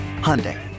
Hyundai